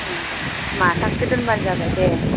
उम माथामसो दोनबानो जाबाय दे